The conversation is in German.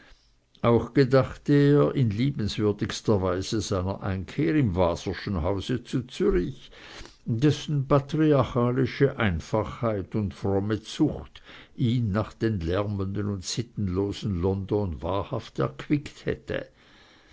auch gedachte er in liebenswürdigster weise seiner einkehr im waserschen hause zu zürich dessen patriarchalische einfachheit und fromme zucht ihn nach dem lärmenden und sittenlosen london wahrhaft erquickt hätte